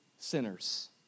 sinners